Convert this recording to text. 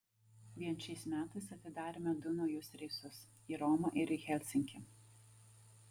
vien šiais metais atidarėme du naujus reisus į romą ir į helsinkį